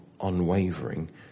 unwavering